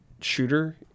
shooter